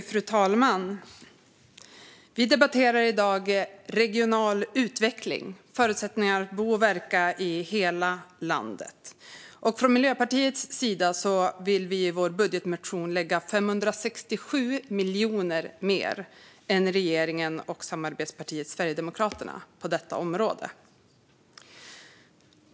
Fru talman! Vi debatterar i dag regional utveckling och förutsättningar att bo och verka i hela landet. Miljöpartiet vill i sin budgetmotion lägga 567 miljoner mer än regeringen och samarbetspartiet Sverigedemokraterna på detta område.